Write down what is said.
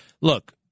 look